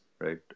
right